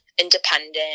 independent